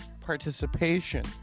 participation